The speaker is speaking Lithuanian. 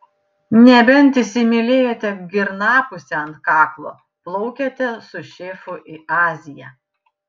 nebent įsimylėjote girnapusę ant kaklo plaukiate su šefu į aziją